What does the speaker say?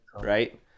right